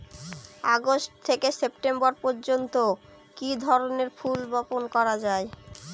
August থেকে September পর্যন্ত কি ধরনের ফুল বপন করা যায়?